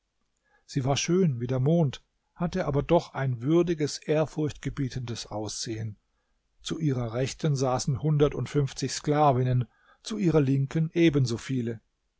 sie war schön wie der mond hatte aber doch ein würdiges ehrfurchtgebietendes aussehen zu ihrer rechten saßen hundertundfünfzig sklavinnen zu ihrer linken ebenso viele